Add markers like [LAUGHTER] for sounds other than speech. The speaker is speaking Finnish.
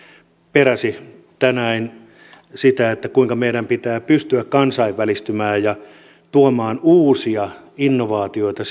peräsi tänään sitä kuinka meidän pitää pystyä kansainvälistymään ja tuomaan uusia innovaatioita [UNINTELLIGIBLE]